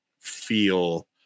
feel